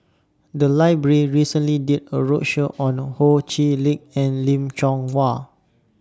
The Library recently did A roadshow on Ho Chee Lick and Lim Chong